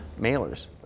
mailers